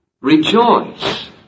rejoice